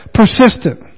persistent